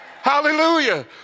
hallelujah